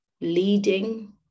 leading